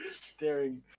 Staring